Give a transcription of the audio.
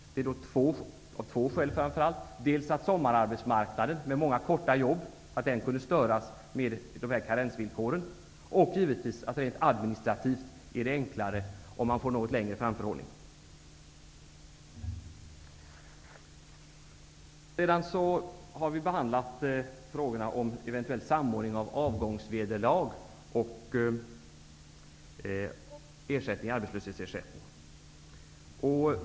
Här finns det framför allt två skäl att anföra: Dels kan sommararbetsmarknaden med många kortvariga jobb störas genom karensvillkoren, dels är det rent administrativt givetvis enklare om det blir en något längre framförhållning. Vidare har vi behandlat frågorna om en eventuell samordning av avgångsvederlag och ersättning i arbetslöshetsersättningen.